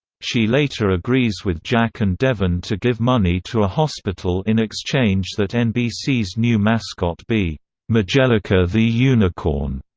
she later agrees with jack and devon to give money to a hospital in exchange that nbc's new mascot be majellica the unicorn.